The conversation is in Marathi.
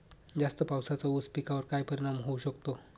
जास्त पावसाचा ऊस पिकावर काय परिणाम होऊ शकतो?